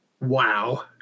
wow